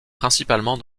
principalement